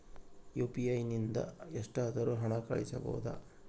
UPI ನಿಂದ ಎಷ್ಟಾದರೂ ಹಣ ಕಳಿಸಬಹುದಾ?